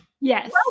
Yes